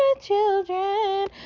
children